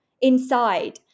inside